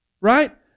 right